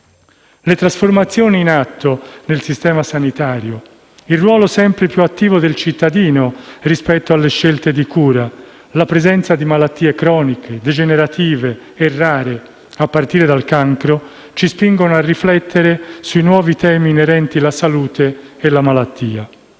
Le trasformazioni in atto nel sistema sanitario, il ruolo sempre più attivo del cittadino rispetto alle scelte di cura, la presenza di malattie croniche, degenerative e rare, a partire dal cancro, ci spingono a riflettere sui nuovi temi inerenti la salute e la malattia.